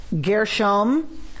Gershom